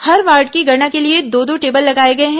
हर ward की गणना के लिए दो दो टेबल लगाए गए हैं